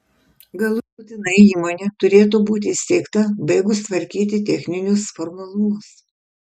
galutinai įmonė turėtų būti įsteigta baigus tvarkyti techninius formalumus